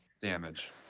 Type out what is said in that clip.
damage